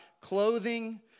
clothing